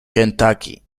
kentucky